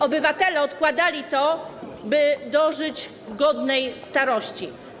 Obywatele odkładali to, by dożyć godnej starości.